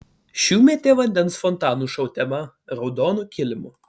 šiųmetė vandens fontanų šou tema raudonu kilimu